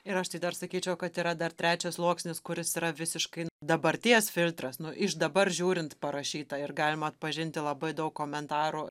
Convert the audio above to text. ir aš tai dar sakyčiau kad yra dar trečias sluoksnis kuris yra visiškai dabarties filtras nu iš dabar žiūrint parašyta ir galima atpažinti labai daug komentarų